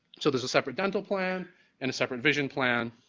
so there's a separate dental plan and a separate vision plan,